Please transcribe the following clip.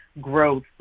growth